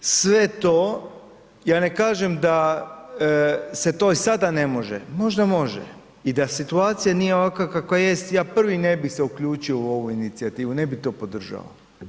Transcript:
Sve to, ja ne kažem da se to i sada ne može, možda može i da situacija nije ovakva kakva jest ja prvi ne bi se uključio u ovu inicijativu, ne bi to podržao.